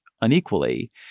unequally